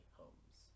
homes